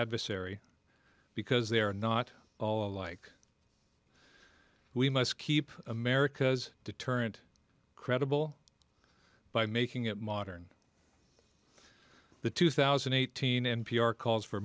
adversary because they are not all alike we must keep america's deterrent credible by making it modern the two thousand and eighteen n p r calls for